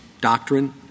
doctrine